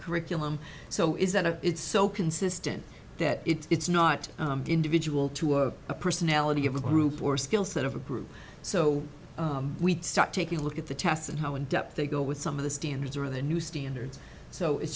curriculum so is that a it's so consistent that it's not individual to a personality of a group or skill set of a group so we start taking a look at the tests and how in depth they go with some of the standards or the new standards so it's